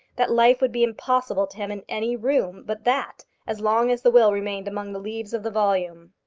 that life would be impossible to him in any room but that as long as the will remained among the leaves of the volume.